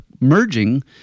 merging